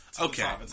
Okay